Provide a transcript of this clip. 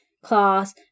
class